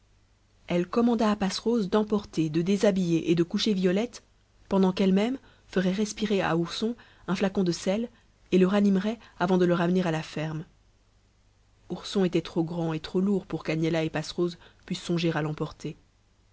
elle commanda à passerose d'emporter de déshabiller et de coucher violette pendant qu'elle-même ferait respirer à ourson un flacon de sels et le ranimerait avant de le ramener à la ferme ourson était trop grand et trop lourd pour qu'agnella et passerose pussent songer